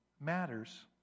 matters